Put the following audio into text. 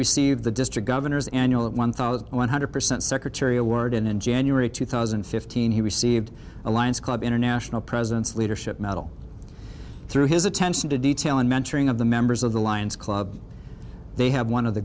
received the district governors annual of one thousand one hundred percent secretary awarded in january two thousand and fifteen he received a lions club international president's leadership medal through his attention to detail and mentoring of the members of the lion's club they have one of the